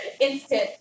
Instant